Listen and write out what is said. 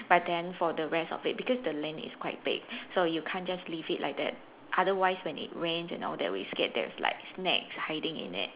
but then for the rest of it because the land is quite big so you can't just leave it like that otherwise when it rains and all that we scared there's like snakes hiding in it